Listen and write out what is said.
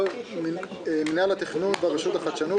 רשות הטבע והגנים.